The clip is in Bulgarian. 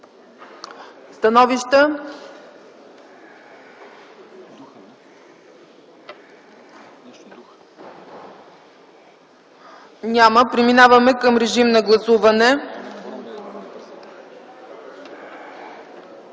Становища? Няма. Преминаваме към режим на гласуване.